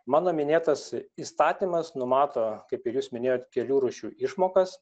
mano minėtas įstatymas numato kaip ir jūs minėjot kelių rūšių išmokas